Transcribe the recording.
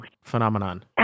phenomenon